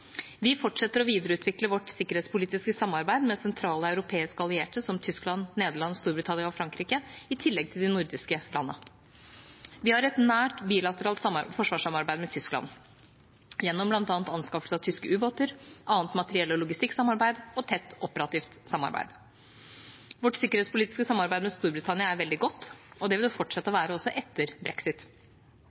Vi fortsetter å videreutvikle vårt sikkerhetspolitiske samarbeid med sentrale europeiske allierte, som Tyskland, Nederland, Storbritannia og Frankrike, i tillegg til de nordiske landene. Vi har et nært bilateralt forsvarssamarbeid med Tyskland, gjennom bl.a. anskaffelse av tyske ubåter, annet materiell- og logistikksamarbeid og tett operativt samarbeid. Vårt sikkerhetspolitiske samarbeid med Storbritannia er veldig godt, og det vil det fortsette å være også etter brexit.